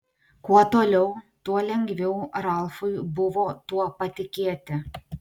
kuo toliau tuo lengviau ralfui buvo tuo patikėti